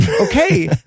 Okay